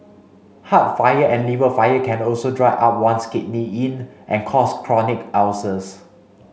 heart fire and liver fire can also dry up one's kidney yin and cause chronic ulcers